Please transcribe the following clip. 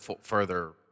further